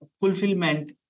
fulfillment